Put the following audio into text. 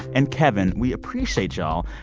and kevin. we appreciate y'all.